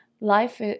life